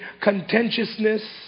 contentiousness